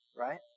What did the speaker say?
right